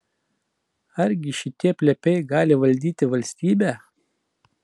argi šitie plepiai gali valdyti valstybę